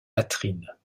latrines